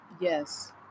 Yes